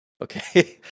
Okay